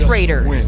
Raiders